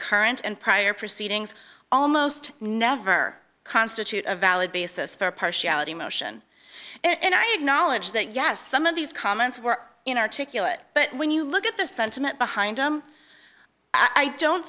current and prior proceedings almost never constitute a valid basis for partiality motion and i acknowledge that yes some of these comments were in articulate but when you look at the sentiment behind i don't